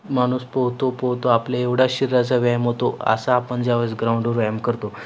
माणूस पोहतो पोहतो आपल्या एवढा शरीराचा व्यायाम होतो असा आपण ज्या वेळेस ग्राउंडवर व्यायाम करतो